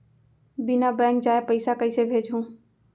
बिना बैंक जाये पइसा कइसे भेजहूँ?